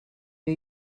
new